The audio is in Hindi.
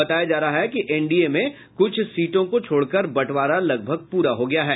बताया जा रहा है कि एनडीए में कुछ सीटों को छोड़कर बंटवारा लगभग पूरा हो गया है